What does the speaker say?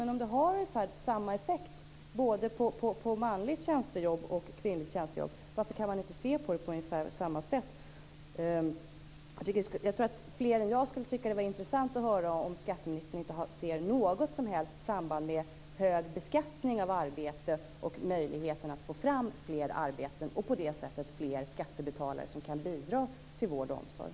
Varför kan man inte se på manligt tjänstejobb och kvinnligt tjänstejobb på ungefär samma sätt om det har samma effekt? Jag tror att fler än jag skulle tycka att det var intressant att höra om skatteministern inte ser något som helst samband mellan hög beskattning av arbete och möjligheterna att få fram fler arbeten och på det sättet fler skattebetalare som kan bidra till vård och omsorg.